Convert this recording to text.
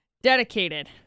Dedicated